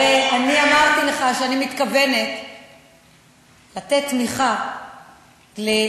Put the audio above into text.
הרי אני אמרתי לך שאני מתכוונת לתת תמיכה למגזר